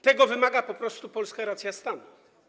Tego wymaga po prostu polska racja stanu.